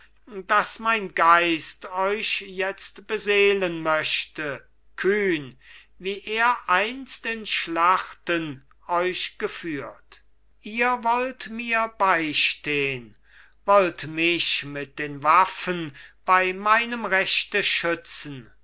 daß mein geist euch jetzt beseelen möchte kühn wie er einst in schlachten euch geführt ihr wollt mir beistehn wollt mich mit den waffen bei meinem rechte schützen